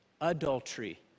Adultery